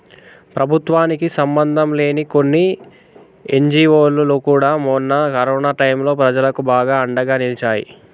ప్రభుత్వానికి సంబంధంలేని కొన్ని ఎన్జీవోలు కూడా మొన్న కరోనా టైంలో ప్రజలకు బాగా అండగా నిలిచాయి